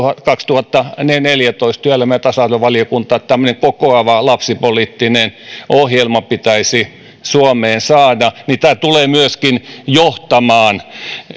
kaksituhattaneljätoista työelämä ja tasa arvovaliokunnassa että tämmöinen kokoava lapsipoliittinen ohjelma pitäisi suomeen saada tämä tulee myöskin johtamaan